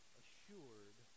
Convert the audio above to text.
assured